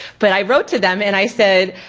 but i wrote to them and i said,